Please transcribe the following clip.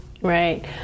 Right